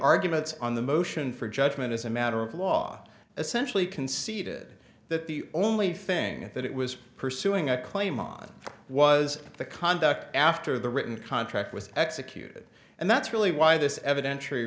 arguments on the motion for judgment is a matter of law essentially conceded that the only thing that it was pursuing a claim on was the conduct after the written contract was executed and that's really why this eviden